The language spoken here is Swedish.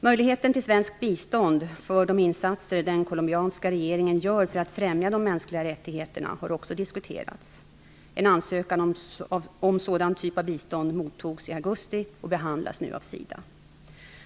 Möjligheten till svenskt bistånd för de insatser som den colombianska regeringen gör för att främja de mänskliga rättigheterna har också diskuterats. En ansökan om sådan typ av bistånd mottogs i augusti och behandlas nu av SIDA.